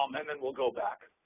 um then then we'll go back.